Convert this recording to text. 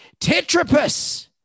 tetrapus